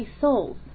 souls